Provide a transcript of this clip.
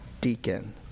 deacon